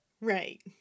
Right